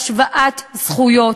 השוואת זכויות,